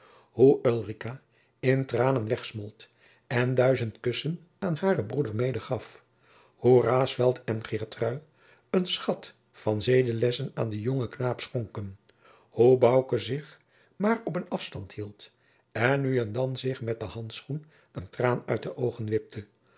in tranen wegsmolt en duizend kussen aan haren broeder medegaf hoe raesfelt en geertrui een schat van zedelessen aan den jongen knaap schonken hou bouke zich maar op een afstand hield en nu en dan zich met den handschoen een traan uit de oogen wipte